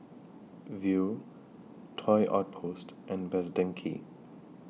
Viu Toy Outpost and Best Denki